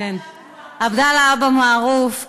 עבדאללה אבו מערוף.